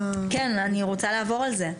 כן, אני רוצה לעבור על זה.